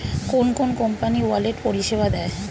কোন কোন company wallet পরিষেবা দেয়?